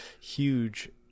huge